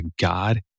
God